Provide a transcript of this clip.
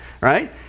right